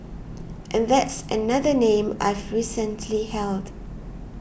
and that's another name I've recently held